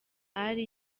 ally